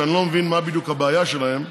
שאני לא מבין מה בדיוק הבעיה שלהם,